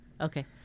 Okay